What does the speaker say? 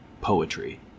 poetry